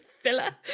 filler